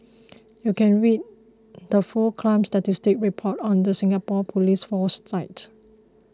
you can read the full crime statistics report on the Singapore police force site